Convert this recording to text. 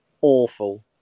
awful